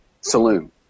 saloon